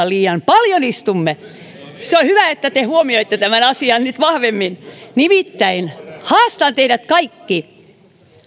liian paljon istumme se on hyvä että te huomioitte tämän asian nyt vahvemmin nimittäin haastan teidät kaikki